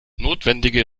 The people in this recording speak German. notwendige